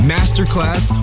Masterclass